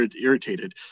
irritated